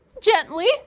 Gently